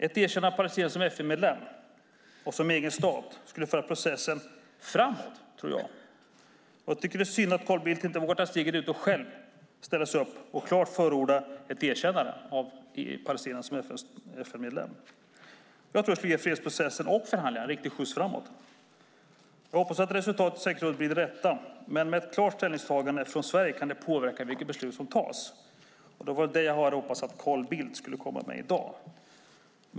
Ett erkännande av Palestina som FN-medlem och som egen stat skulle föra processen framåt, tror jag. Jag tycker att det är synd att Carl Bildt inte vågar ta steget ut och själv ställa sig upp och klart förorda ett erkännande av Palestina som FN-medlem. Jag tror att det skulle ge fredsprocessen och förhandlingarna en riktig skjuts framåt. Vi får hoppas att resultatet i säkerhetsrådet blir det rätta, men ett klart ställningstagande från Sverige kan påverka vilket beslut som tas. Detta hade jag hoppats att Carl Bildt skulle komma med i dag.